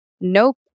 Nope